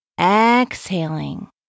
exhaling